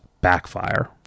backfire